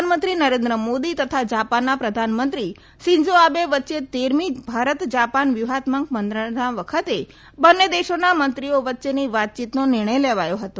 પ્રધાનમંત્રી નરેન્દ્ર મોદી અને જાપાનના પ્રધાનમંત્રી શીન્ઝો આબે વચ્ચે તેરમી ભારત જાપાન વ્યુહાત્મક મંત્રણા વખતે બંને દેશોના મંત્રીઓ વચ્ચેની વાતચીતનો નિર્ણય લેવાયો હતો